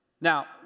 Now